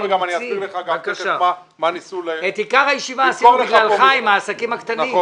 את עיקר הישיבה עשינו בגללך, בגלל העסקים הקטנים.